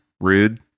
Rude